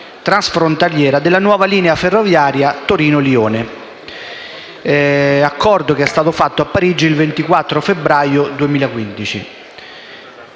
transfrontaliera della nuova linea ferroviaria Torino-Lione, fatto a Parigi il 24 febbraio 2015.